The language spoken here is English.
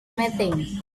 meeting